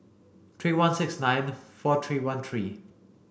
three one six nine four three one three